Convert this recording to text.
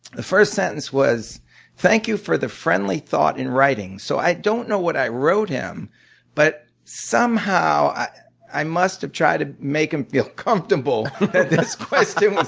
the first sentence was thank you for the friendly thought in writing. so i don't know what i wrote him but somehow i must have tried to make him feel comfortable that this question was